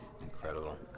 Incredible